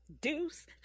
Deuce